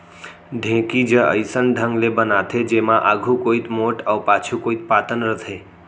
ढेंकी ज अइसन ढंग ले बनाथे जेमा आघू कोइत मोठ अउ पाछू कोइत पातन रथे